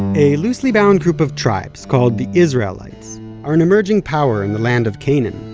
a loosely-bound group of tribes called the israelites are an emerging power in the land of canaan.